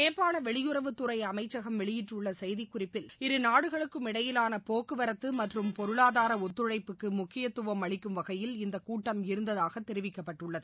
நேபாள வெளியுறவுத்துறை அமைச்சகம் வெளியிட்டுள்ள செய்திக்குறிப்பில் இருநாடுகளுக்கும் இடையிலான போக்குவரத்து மற்றும் பொருளாதார ஒத்துழைப்புக்கு முக்கியத்துவம் அளிக்கும் வகையில் இந்த கூட்டம் இருந்ததாக தெரிவிக்கப்பட்டுள்ளது